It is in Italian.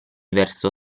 verso